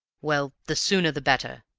well, the sooner the better,